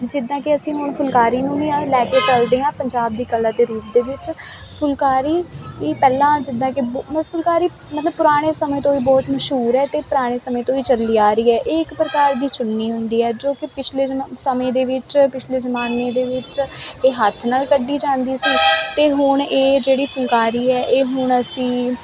ਜਿੱਦਾਂ ਕਿ ਅਸੀਂ ਹੁਣ ਫੁਲਕਾਰੀ ਨੂੰ ਵੀ ਲੈ ਕੇ ਚਲਦੇ ਆਂ ਪੰਜਾਬ ਦੀ ਕਲਾ ਤੇ ਰੂਪ ਦੇ ਵਿੱਚ ਫੁਲਕਾਰੀ ਇਹ ਪਹਿਲਾਂ ਜਿੱਦਾਂ ਕਿ ਫੁਲਕਾਰੀ ਮਤਲਬ ਪੁਰਾਣੇ ਸਮੇਂ ਤੋਂ ਵੀ ਬਹੁਤ ਮਸ਼ਹੂਰ ਹ ਤੇ ਪੁਰਾਣੇ ਸਮੇਂ ਤੋਂ ਹੀ ਚੱਲੀ ਆ ਰਹੀ ਹੈ ਇਹ ਇੱਕ ਪ੍ਰਕਾਰ ਦੀ ਚੁੰਨੀ ਹੁੰਦੀ ਹੈ ਜੋ ਕਿ ਪਿਛਲੇ ਸਮੇਂ ਦੇ ਵਿੱਚ ਪਿਛਲੇ ਜਮਾਨੇ ਦੇ ਵਿੱਚ ਇਹ ਹੱਥ ਨਾਲ ਕੱਢੀ ਜਾਂਦੀ ਸੀ ਤੇ ਹੁਣ ਇਹ ਜਿਹੜੀ ਫੁਲਕਾਰੀ ਹ ਇਹ ਹੁਣ ਅਸੀਂ